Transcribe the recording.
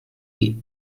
the